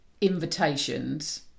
invitations